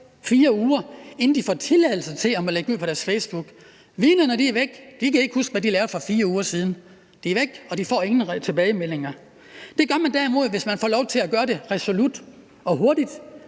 3, 4 uger, inden de får tilladelse til at lægge dem ud på deres Facebook? Vidnerne er væk, og de kan ikke huske, hvad de lavede for 4 uger siden. De er væk, og man får ingen tilbagemeldinger. Det gør man derimod, hvis man får lov til at gøre det resolut og hurtigt